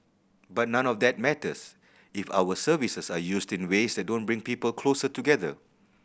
but none of that matters if our services are used in ways that don't bring people closer together